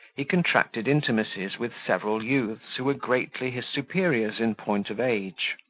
he contracted intimacies with several youths who were greatly his superiors in point of age,